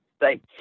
Thank